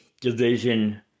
division